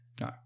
no